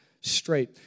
straight